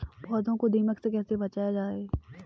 पौधों को दीमक से कैसे बचाया जाय?